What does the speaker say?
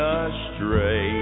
astray